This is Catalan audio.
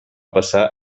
passar